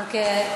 אוקיי.